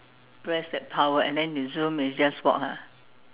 press that power and then you zoom is just walk ah